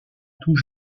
tout